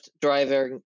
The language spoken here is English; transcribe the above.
driving